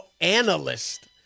analyst